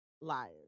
liars